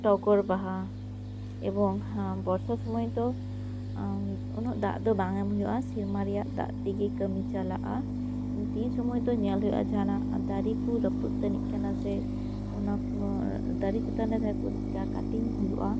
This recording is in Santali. ᱴᱚᱜᱚᱨ ᱵᱟᱦᱟ ᱮᱵᱚᱝ ᱵᱚᱨᱥᱟ ᱥᱩᱢᱟᱹᱭ ᱫᱚ ᱩᱱᱟᱹᱜ ᱫᱟᱜ ᱫᱚ ᱵᱟᱝ ᱮᱢ ᱦᱩᱭᱩᱜᱼᱟ ᱥᱮᱨᱢᱟ ᱨᱮᱭᱟᱜ ᱫᱟᱜ ᱛᱮᱜᱮ ᱠᱟᱢᱤ ᱪᱟᱞᱟᱜᱼᱟ ᱛᱤᱱ ᱥᱩᱢᱟᱹᱭ ᱫᱚ ᱧᱮᱞ ᱦᱩᱭᱩᱜᱼᱟ ᱡᱟᱦᱟᱸᱱᱟᱜ ᱫᱟᱨᱮ ᱠᱚ ᱨᱟᱯᱩᱜ ᱛᱟᱱᱤᱜ ᱠᱟᱱᱟ ᱥᱮ ᱚᱱᱟ ᱠᱚ ᱫᱟᱨᱮ ᱪᱮᱛᱟᱱ ᱨᱮ ᱡᱟᱦᱟᱸ ᱠᱚ ᱠᱟᱴᱤᱝ ᱦᱩᱭᱩᱜᱼᱟ